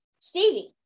Stevie